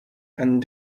and